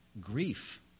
grief